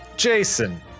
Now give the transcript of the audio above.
Jason